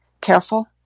careful